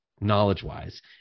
knowledge-wise